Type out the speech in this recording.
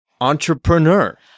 entrepreneur